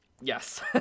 Yes